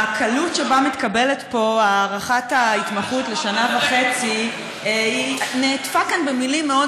הקלות שבה מתקבלת פה הארכת ההתמחות לשנה וחצי נעטפה כאן במילים מאוד